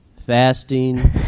fasting